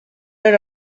era